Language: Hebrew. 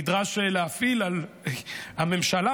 נדרש להפעיל על הממשלה,